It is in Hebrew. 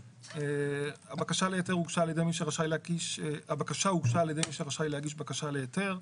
הבקשה על-ידי מי שרשאי להגיש בקשה להיתר.